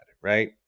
right